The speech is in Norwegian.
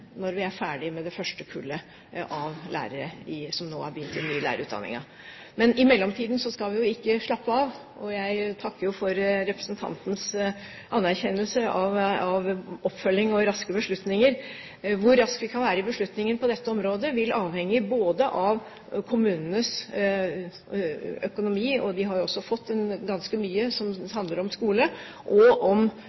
når vi er ferdige med det første kullet av dem som nå har begynt den nye lærerutdanningen. I mellomtiden skal vi ikke slappe av. Jeg takker for representantens anerkjennelse av oppfølging og raske beslutninger. Hvor raske vi kan være i beslutningen på dette området, vil avhenge både av kommunenes økonomi – og de har fått ganske mye